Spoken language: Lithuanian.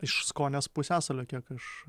iš skonės pusiasalio kiek aš